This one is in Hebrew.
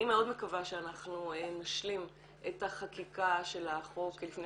אני מאוד מקווה שאנחנו נשלים את החקיקה של החוק לפני